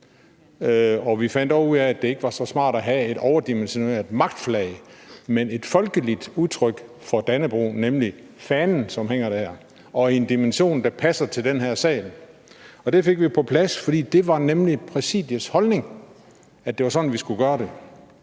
og vi fandt også ud af, at det ikke var så smart at have et overdimensioneret magtflag, men et folkeligt udtryk for dannebrog, nemlig fanen, som hænger der, og i en dimension, der passer til den her sal. Det fik vi på plads, for det var nemlig Præsidiets holdning, at det var sådan, vi skulle gøre det.